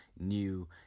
new